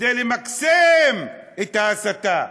כדי למקסם את ההסתה,